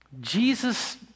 Jesus